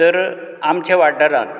तर आमच्या वाठारांत